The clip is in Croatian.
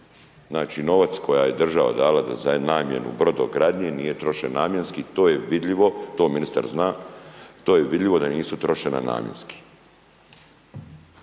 dakle, novac koji je država dala za namjenu brodogradnje nije trošen namjenski, to je vidljivo, to ministar zna, to je vidljivo da nisu trošena namjenski.